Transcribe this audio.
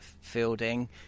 Fielding